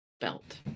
belt